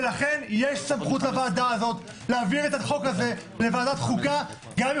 לכן יש סמכות לועדה הזאת להעביר את החוק הזה לוועדת חוקה גם אם